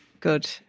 Good